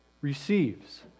receives